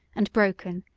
and broken,